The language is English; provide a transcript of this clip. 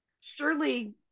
Surely